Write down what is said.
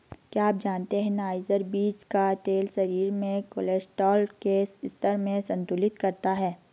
क्या आप जानते है नाइजर बीज का तेल शरीर में कोलेस्ट्रॉल के स्तर को संतुलित करता है?